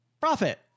Profit